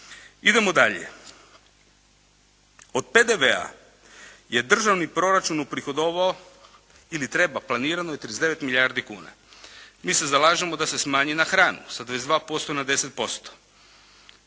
Idemo dalje. Od PDV-a je državni proračun uprihodovao ili treba planirano je 39 milijardi kuna. Mi se zalažemo da se smanji na hranu, sa 22% na 10%.